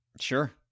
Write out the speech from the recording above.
Sure